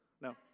No